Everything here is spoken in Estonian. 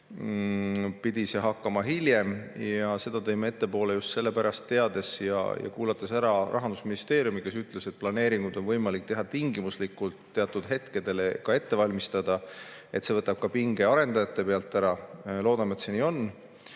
pidi see hakkama hiljem. Ja tõime ettepoole just sellepärast – teades ja kuulates ära Rahandusministeeriumi, kes ütles, et planeeringuid on võimalik teha tingimuslikult teatud hetkedel, ka ette valmistada –, et see võtab pinge arendajate pealt ära. Loodame, et see nii on.